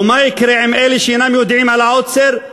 ומה יקרה עם אלה שאינם יודעים על העוצר?